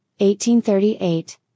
1838